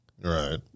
Right